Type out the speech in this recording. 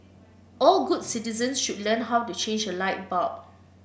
all good citizens should learn how to change a light bulb